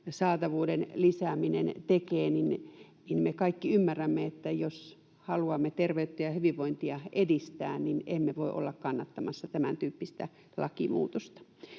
saatavuuden lisääminen tekee. Me kaikki ymmärrämme, että jos haluamme terveyttä ja hyvinvointia edistää, niin emme voi olla kannattamassa tämäntyyppistä lakimuutosta.